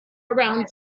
around